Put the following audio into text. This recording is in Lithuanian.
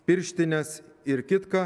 pirštinės ir kitka